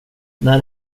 när